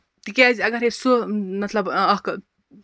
تِکیٛازِ اَگر ہے سُہ مطلب اکھ